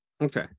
Okay